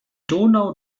donau